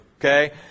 Okay